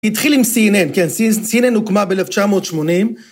התחיל עם CNN, כן, CNN הוקמה ב-1980.